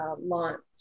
launch